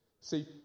See